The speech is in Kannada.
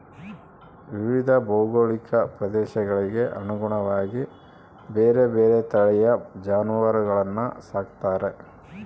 ವಿವಿಧ ಭೌಗೋಳಿಕ ಪ್ರದೇಶಗಳಿಗೆ ಅನುಗುಣವಾಗಿ ಬೇರೆ ಬೇರೆ ತಳಿಯ ಜಾನುವಾರುಗಳನ್ನು ಸಾಕ್ತಾರೆ